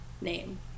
name